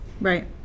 Right